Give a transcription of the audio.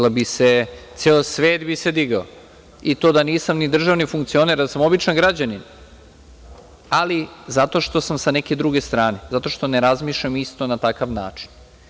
Ceo svet bi se digao, i to da nisam ni državni funkcioner, da sam običan građanin, ali zato što sam sa neke druge strane, zato što ne razmišljam isto na takav način.